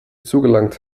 zugelangt